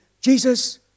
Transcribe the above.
Jesus